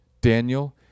Daniel